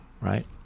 right